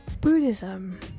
Buddhism